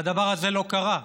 והדבר הזה לא קרה.